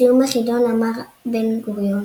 בסיום החידון אמר בן-גוריון